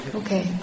okay